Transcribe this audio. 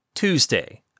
Tuesday